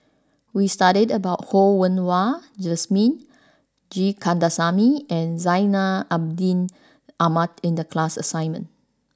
we studied about Ho Yen Wah Jesmine G Kandasamy and Zainal Abidin Ahmad in the class assignment